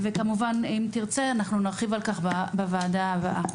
אם תרצה, אנחנו נרחיב על כך בוועדה הבאה.